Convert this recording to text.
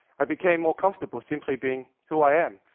i became more comfortable simply being who i am,